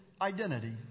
identity